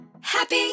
Happy